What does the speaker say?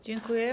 Dziękuję.